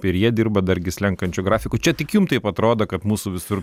ir jie dirba dar gi slenkančiu grafiku čia tik jums taip atrodo kad mūsų visur